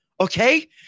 Okay